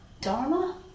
Dharma